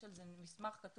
יש על זה מסמך כתוב